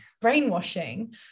brainwashing